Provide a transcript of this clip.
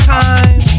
time